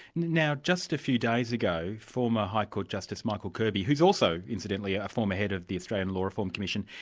now just a few days ago, former high court justice, michael kirby, who's also incidentally, a former head of the australian law reform commission,